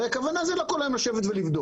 הרי הכוונה זה לא כל היום לשבת ולבדוק.